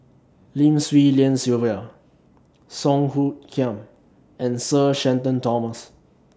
Lim Swee Lian Sylvia Song Hoot Kiam and Sir Shenton Thomas